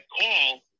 call